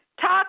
talk